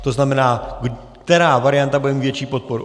To znamená, která varianta bude mít větší podporu.